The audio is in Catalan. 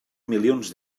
milions